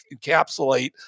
encapsulate